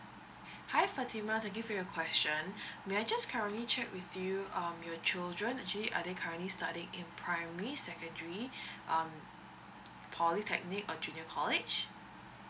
hi fatima thank you for your question may I just currently check with you um your children actually are they currently studying in primary secondary um polytechnic or junior college